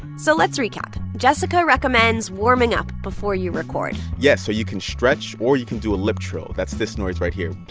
so let's recap. jessica recommends warming up before you record yes. so you can stretch or you can do trill. that's this noise right here